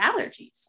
allergies